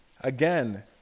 again